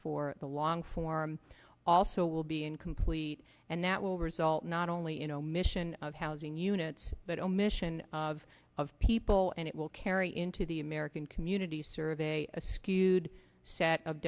for the long form also will be incomplete and that will result not only in omission of housing units but omission of of people and it will carry into the american community survey a skewed set of